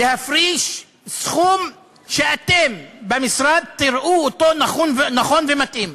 להפריש סכום שאתם במשרד תראו אותו נכון ומתאים.